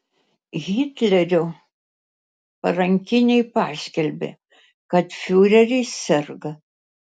hitlerio parankiniai paskelbė kad fiureris serga